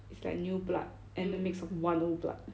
is like new blood and the mix of one old blood